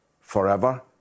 forever